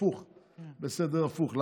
בסדר הפוך.